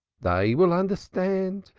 they will understand.